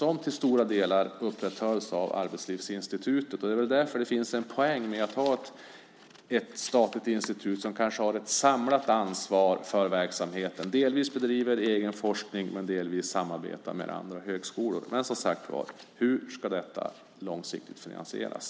De upprätthölls till stora delar av Arbetslivsinstitutet. Det är väl därför det finns en poäng med att ha ett statligt institut som kanske har ett samlat ansvar för verksamheten, delvis bedriver egen forskning men delvis samarbetar med andra högskolor. Hur ska detta långsiktigt finansieras?